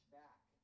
back